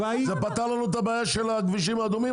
זה פתר לנו את הבעיה של הכבישים האדומים?